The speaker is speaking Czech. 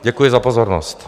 Děkuji za pozornost.